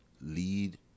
Lead